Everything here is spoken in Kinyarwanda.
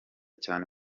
cyane